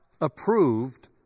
approved